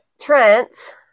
Trent